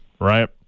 right